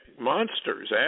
monsters